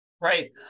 Right